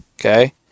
okay